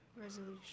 Resolution